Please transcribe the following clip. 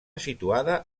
situada